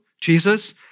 Jesus